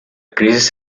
crisis